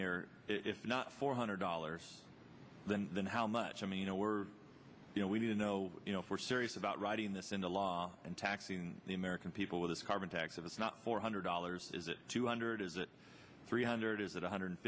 here if not four hundred dollars than than how much i mean you know we're you know we didn't know you know if we're serious about writing this into law and taxing the american people with this carbon tax of us not four hundred dollars is it two hundred is it three hundred is it one hundred